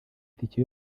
tike